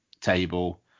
table